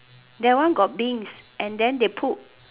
that one got beans and then they put